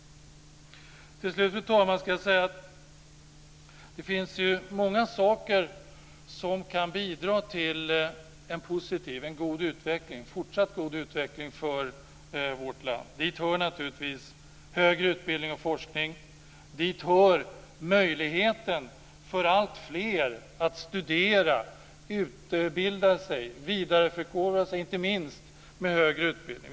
Till slut, fru talman, ska jag säga att det finns många saker som kan bidra till en positiv och fortsatt god utveckling för vårt land. Dit hör naturligtvis högre utbildning och forskning. Dit hör möjligheten för alltfler att studera, utbilda sig och förkovra sig inte minst med högre utbildning.